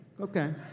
Okay